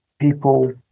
people